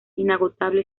inagotable